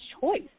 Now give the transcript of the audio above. choice